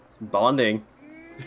Bonding